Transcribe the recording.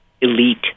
elite